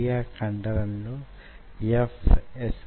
లేదా cantilever మీదకు క్రిందకు కదులుతూ ఉంటుంది